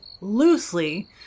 loosely